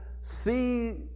see